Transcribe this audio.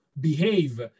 behave